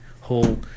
whole